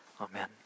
Amen